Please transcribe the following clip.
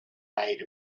made